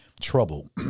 trouble